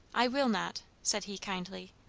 i will not, said he kindly.